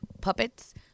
puppets